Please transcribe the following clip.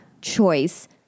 choice